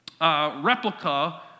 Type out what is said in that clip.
replica